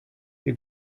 sie